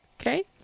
Okay